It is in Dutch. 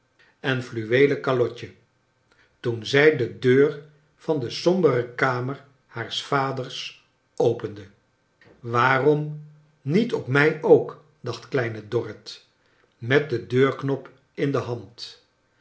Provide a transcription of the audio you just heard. en fluweelen calotje toen zij de deur van de sombere kamer haars vaders opende waarom niet op mij ook dacht kleine dorrit met den deurknop in de hand